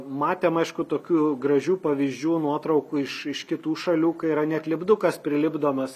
matėm aišku tokių gražių pavyzdžių nuotraukų iš iš kitų šalių kai yra net lipdukas prilipdomas